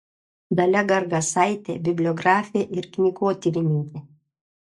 dalia gargasaitė bibliografė ir knygotyrininkė